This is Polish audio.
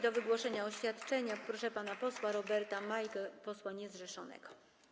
Do wygłoszenia oświadczenia zapraszam pana posła Roberta Majkę, posła niezrzeszonego.